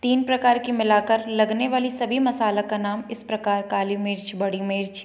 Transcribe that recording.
तीन प्रकार के मिलाकर लगने वाली सभी मसाले का नाम इस प्रकार काली मिर्च बड़ी मिर्च